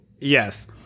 Yes